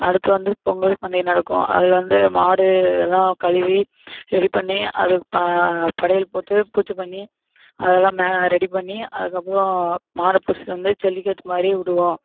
அடுத்து வந்து பொங்கல் பண்டிகை நடக்கும் அதில் வந்து மாடு இதெல்லாம் கழுவி ரெடி பண்ணி அது படையல் போட்டு பூஜை பண்ணி அதெல்லாம் ம ரெடி பண்ணி அதுக்கப்புறம் மாடை பிடிச்சிட்டு வந்து ஜல்லிக்கட்டு மாதிரி விடுவோம்